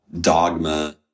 dogma